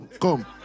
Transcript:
come